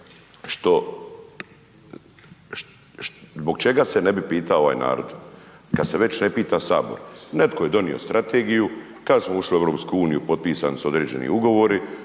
zbog čega se ne bi pitao ovaj narod kad se već ne pita sabor. Netko je donio strategiju, kad smo ušli u EU potpisani su određeni ugovori,